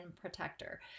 protector